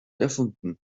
erfunden